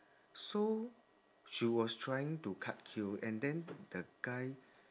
so she was trying to cut queue and then the guy